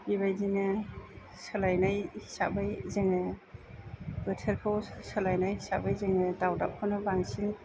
बेबायदिनो सोलायनाय हिसाबै जोङो बोथोरखौ सोलायनाय हिसाबै जोङो दावदाबखौनो बांसिन